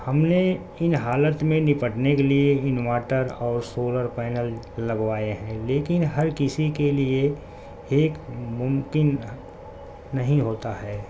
ہم نے ان حالت میں نپٹنے کے لیے انواٹر اور سولر پینل لگوائے ہیں لیکن ہر کسی کے لیے ایک ممکن نہیں ہوتا ہے